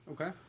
Okay